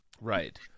Right